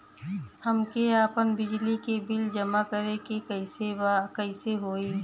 हमके आपन बिजली के बिल जमा करे के बा कैसे होई?